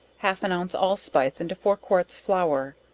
half an ounce allspice into four quarts flour,